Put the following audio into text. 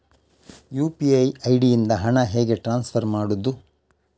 UPI ID ಇಂದ ಹಣ ಹೇಗೆ ಟ್ರಾನ್ಸ್ಫರ್ ಮಾಡುದು?